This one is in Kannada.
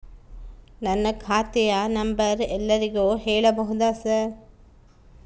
ನನ್ನ ಖಾತೆಯ ನಂಬರ್ ಎಲ್ಲರಿಗೂ ಹೇಳಬಹುದಾ ಸರ್?